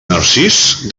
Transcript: narcís